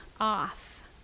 off